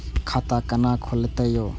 खाता केना खुलतै यो